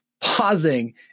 pausing